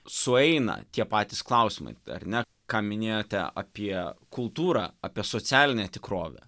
sueina tie patys klausimai ar ne ką minėjote apie kultūrą apie socialinę tikrovę tai be